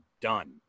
done